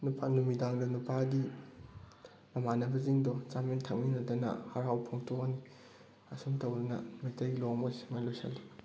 ꯅꯨꯄꯥ ꯅꯨꯃꯤꯗꯥꯡꯗ ꯅꯨꯄꯥꯒꯤ ꯃꯃꯥꯟꯅꯕꯁꯤꯡꯗꯣ ꯆꯥꯃꯤꯟ ꯊꯛꯃꯤꯟꯅꯗꯅ ꯍꯔꯥꯎꯕ ꯐꯣꯡꯗꯣꯛꯑꯅꯤ ꯑꯁꯨꯝ ꯇꯧꯗꯅ ꯃꯩꯇꯩꯒꯤ ꯂꯨꯍꯣꯡꯕ ꯁꯨꯃꯥꯏꯅ ꯂꯣꯏꯁꯜꯂꯤ